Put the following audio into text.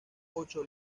ocho